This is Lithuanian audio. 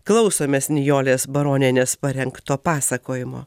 klausomės nijolės baronienės parengto pasakojimo